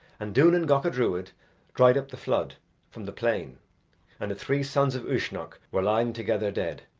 and duanan gacha druid dried up the flood from the plain and the three sons of uisnech were lying together dead,